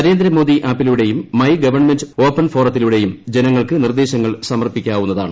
Narendra Modi ആപ്പിലൂടെയും my government open ഫോറത്തിലൂടെയും ജനങ്ങൾക്ക് നിർദ്ദേശങ്ങൾ സമർപ്പിക്കാവുന്നതാണ്